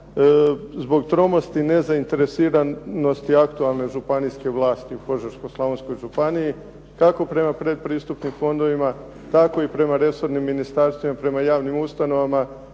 zbog tromosti i nezainteresiranosti aktualne županijske vlasti u Požeško-slavonskoj županiji, tako prema predpristupnim fondovima, tako i prema resornim ministarstvima, prema javnim ustanovama